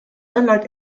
unlike